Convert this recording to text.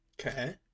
Okay